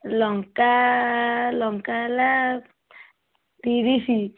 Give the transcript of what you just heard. ଲଙ୍କା ଲଙ୍କା ହେଲା ତିରିଶି